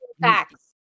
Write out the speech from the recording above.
facts